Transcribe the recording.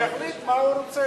מה הוא רוצה.